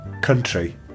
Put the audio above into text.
country